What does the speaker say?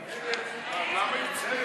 ההצעה להסיר מסדר-היום את הצעת חוק הכנסת (תיקון,